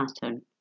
pattern